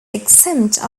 exempt